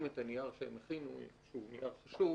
את הנייר שהם הכינו שהוא נייר חשוב